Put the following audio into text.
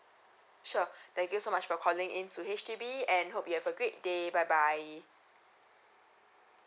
sure thank you so much for calling in to H_D_B and hope you have a great day bye bye